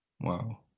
Wow